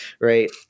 right